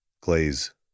Glaze